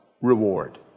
reward